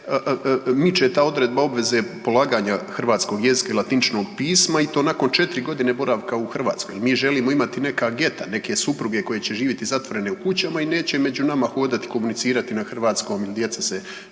miče ta odredba obveze polaganja hrvatskog jezika i latiničnog pisma i to nakon 4.g. boravka u Hrvatskoj. Mi želimo imati neka geta, neke supruge koje će živjeti zatvorene u kućama i neće među nama hodati i komunicirati na hrvatskom, djeca se